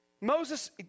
Moses